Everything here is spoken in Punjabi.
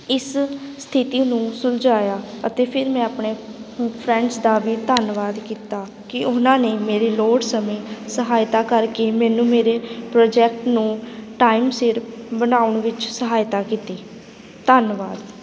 ਇਸ ਸਥਿਤੀ ਨੂੰ ਸੁਲਝਾਇਆ ਅਤੇ ਫਿਰ ਮੈਂ ਆਪਣੇ ਫਰੈਂਡਸ ਦਾ ਵੀ ਧੰਨਵਾਦ ਕੀਤਾ ਕਿ ਉਹਨਾਂ ਨੇ ਮੇਰੀ ਲੋੜ ਸਮੇਂ ਸਹਾਇਤਾ ਕਰਕੇ ਮੈਨੂੰ ਮੇਰੇ ਪ੍ਰੋਜੈਕਟ ਨੂੰ ਟਾਈਮ ਸਿਰ ਬਣਾਉਣ ਵਿੱਚ ਸਹਾਇਤਾ ਕੀਤੀ ਧੰਨਵਾਦ